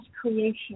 creation